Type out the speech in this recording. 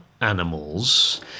animals